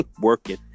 working